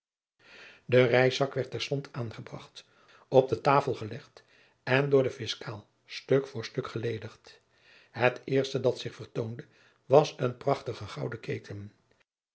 de reiszak werd terstond aangebracht op de tafel gelegd en door den fiscaal stuk voor stuk geledigd het eerste dat zich vertoonde was een prachtige gouden keten